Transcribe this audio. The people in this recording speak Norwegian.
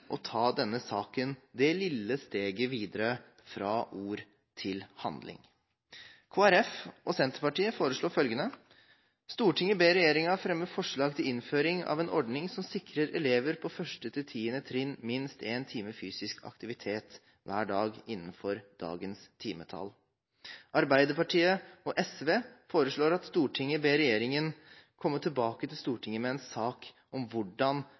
å ta denne saken det lille steget videre fra ord til handling. Kristelig Folkeparti og Senterpartiet foreslår følgende: «Stortinget ber regjeringa fremje forslag til innføring av ei ordning som sikrar elevar på 1.–10. trinn minst ein time fysisk aktivitet kvar dag, innanfor dagens timetal.» Arbeiderpartiet og SV foreslår: «Stortinget ber regjeringen komme tilbake til Stortinget med en sak om hvordan